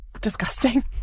disgusting